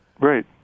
Right